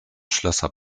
schlösser